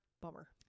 bummer